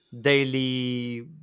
daily